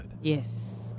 Yes